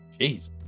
Jeez